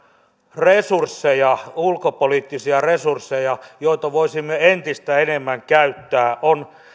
resursseja ulkopoliittisia resursseja joita voisimme entistä enemmän käyttää on